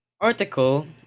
article